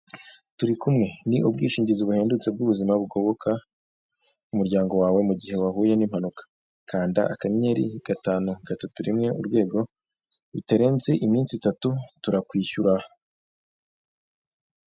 Turikumwe ni ubwishingizi buhendutse bw'ubuzima, bugoboka umuryango wawe mugihe wahuye n'impanuka, kanda akanyenyeri, gatanu, gatatu, rimwe, urwego, bitarenze iminsi itatu turakwishyura.